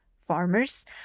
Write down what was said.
farmers